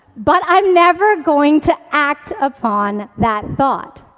but i'm never going to act upon that thought.